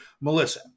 Melissa